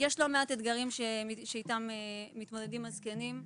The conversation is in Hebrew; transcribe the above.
יש לא מעט אתגרים שאיתם מתמודדים הזקנים.